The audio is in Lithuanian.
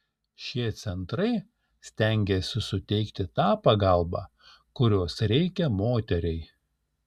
šie centrai stengiasi suteikti tą pagalbą kurios reikia moteriai